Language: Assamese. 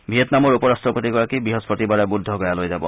ভিয়েটনামৰ উপ ৰাট্টপতিগৰাকী বৃহস্পতিবাৰে বুদ্ধগয়াইলৈ যাব